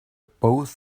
both